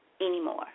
anymore